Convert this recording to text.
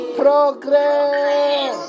progress